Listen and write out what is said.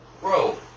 bro